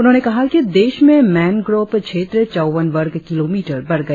उन्होंने कहा कि देश में मैनग्रोव क्षेत्र चौवन वर्ग किलोमीटर बढ़ गया